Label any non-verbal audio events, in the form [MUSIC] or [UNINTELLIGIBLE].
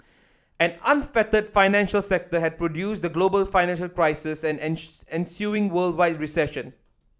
an unfettered financial sector had produced the global financial crisis and [UNINTELLIGIBLE] ensuing worldwide recession